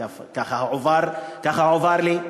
ככה הועבר לי.